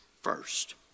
first